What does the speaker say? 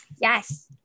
Yes